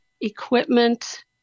Equipment